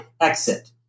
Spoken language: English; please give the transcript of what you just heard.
exit